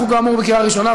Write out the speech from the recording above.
אנחנו כאמור בקריאה ראשונה,